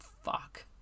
fuck